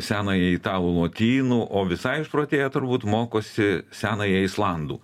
senąją italų lotynų o visai išprotėję turbūt mokosi senąją islandų